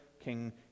King